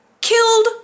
killed